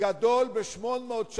התקציב גדול ב-800,